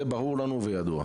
זה ברור לנו וידוע.